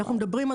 אנחנו מכירים את